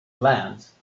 glance